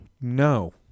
No